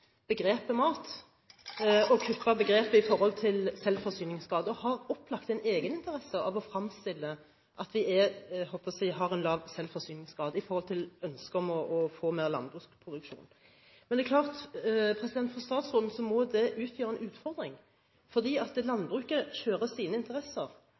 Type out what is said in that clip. begrepet «mat» og kuppet begrepet i forhold til selvforsyningsgrad. Landbrukssektoren har opplagt en egeninteresse av å fremstille det som om vi har en lav selvforsyningsgrad, i forhold til ønsket om å få mer landbruksproduksjon. For statsråden må det utgjøre en utfordring, for landbruket kjører sine interesser